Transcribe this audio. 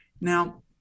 Now